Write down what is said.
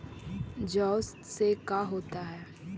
जौ से का होता है?